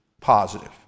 positive